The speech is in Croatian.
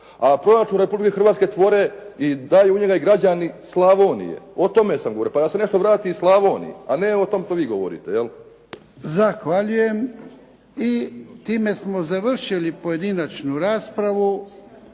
A proračun Republike Hrvatske tvore i daju u njega i građani Slavonije, o tome sam govorio. Pa da se nešto vrati i Slavoniji a ne o tome što vi govorite, je li. **Jarnjak, Ivan (HDZ)** Zahvaljujem. I time smo završili pojedinačnu.